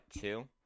two